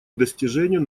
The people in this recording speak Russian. достижению